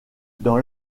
dans